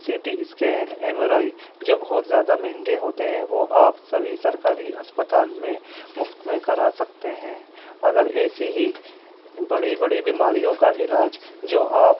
C T scan M R I جو بہت زیادہ مہنگے ہوتے ہیں وہ آپ سبھی سرکاری اسپتال میں مفت میں کرا سکتے ہیں اگر ایسی ہی بڑی بڑی بیماریوں کا علاج جو آپ